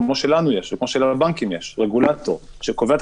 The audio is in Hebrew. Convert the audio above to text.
כמו אצלנו וכמו אצל הבנקים שקובע את